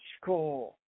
school